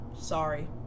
Sorry